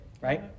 right